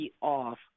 off